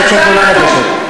הוא עולה עכשיו.